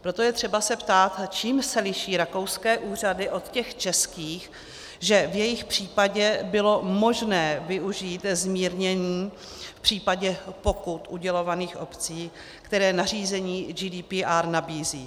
Proto je třeba se ptát, čím se liší rakouské úřady od těch českých, že v jejich případě bylo možné využít zmírnění v případě pokut udělovaných obcí, které nařízení GDPR nabízí?